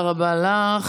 תודה רבה לך.